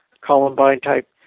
Columbine-type